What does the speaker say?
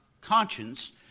conscience